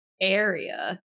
area